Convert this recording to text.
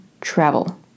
travel